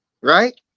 right